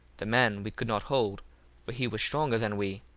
the man we could not hold for he was stronger than we,